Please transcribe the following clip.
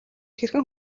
хэрхэн